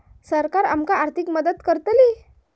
सरकार आमका आर्थिक मदत करतली?